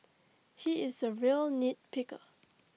he is A real nitpicker